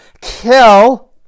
kill